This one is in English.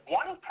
one